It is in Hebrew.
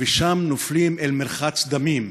ושם נופלים אל מרחץ דמים.